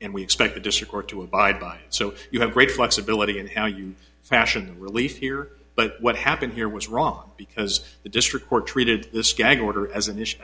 and we expect the district or to abide by so so you have great flexibility in how you fashioned release here but what happened here was wrong because the district court treated this gag order as an issue